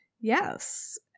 yes